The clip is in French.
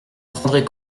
prendrez